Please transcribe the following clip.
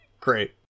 great